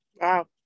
Wow